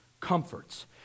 comforts